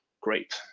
great